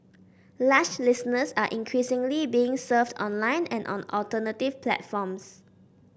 lush listeners are increasingly being served online and on alternative platforms